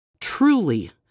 Truly